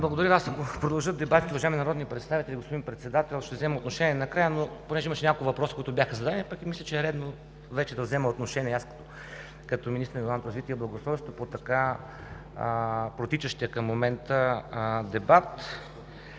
благодаря Ви. Господин Председател, уважаеми народни представители, ако продължат дебатите, ще взема отношение накрая, но понеже имаше няколко въпроса, които бяха зададени, пък и мисля, че е редно вече да взема отношение като министър на регионалното развитие и благоустройството по така протичащия към момента дебат.